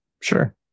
Sure